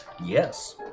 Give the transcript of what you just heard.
Yes